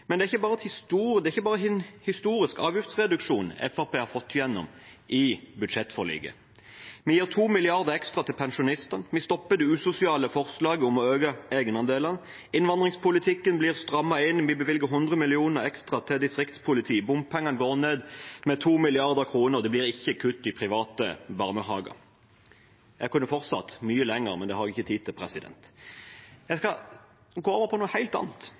Men det er ikke bare en historisk avgiftsreduksjon Fremskrittspartiet har fått igjennom i budsjettforliket. Vi gir 2 mrd. kr ekstra til pensjonistene. Vi stopper det usosiale forslaget om å øke egenandelene. Innvandringspolitikken blir strammet inn. Vi bevilger 100 mill. kr ekstra til distriktspoliti. Bompengene går ned med 2 mrd. kr, og det blir ikke kutt i private barnehager. Jeg kunne fortsatt mye lenger, men det har jeg ikke tid til. Jeg skal over på noe helt annet,